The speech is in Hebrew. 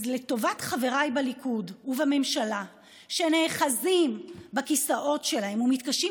אז לטובת חבריי בליכוד ובממשלה שנאחזים בכיסאות שלהם ומתקשים